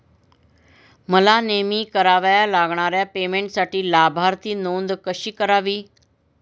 मला नेहमी कराव्या लागणाऱ्या पेमेंटसाठी लाभार्थी नोंद कशी करावी?